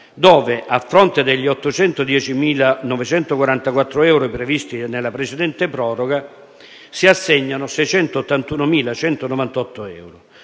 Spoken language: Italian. dove, a fronte degli 810.944 euro previsti nella precedente proroga, si assegnano 681.198 euro.